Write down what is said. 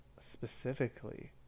specifically